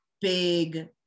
big